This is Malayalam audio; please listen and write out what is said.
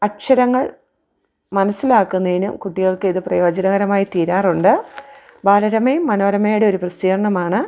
അക്ഷരങ്ങൾ മനസ്സിലാക്കുന്നതിന് കുട്ടികൾക്ക് ഇത് പ്രയോജനകരമായി തീരാറുണ്ട് ബാലരമയും മനോരമയുടെ ഒരു പ്രസിദ്ധീകരണമാണ്